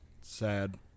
Sad